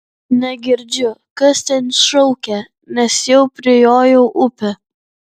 negirdžiu kas ten šaukia nes jau prijojau upę